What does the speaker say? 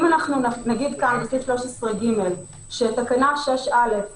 לכן אנו רוצים לעשות חשיבה מחדש